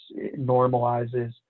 normalizes